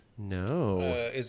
No